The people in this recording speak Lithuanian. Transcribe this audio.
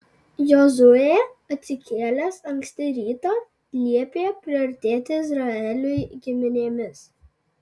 jozuė atsikėlęs anksti rytą liepė priartėti izraeliui giminėmis